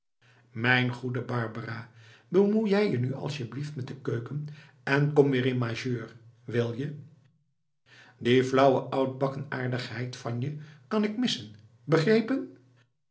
mijn goeie barbara bemoei jij je nu asjeblieft met de keuken en kom weer in majeur wil je die flauwe oudbakken aardigheid van je kan ik missen begrepen